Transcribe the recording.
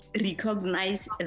recognize